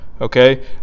Okay